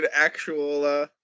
actual